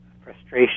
frustration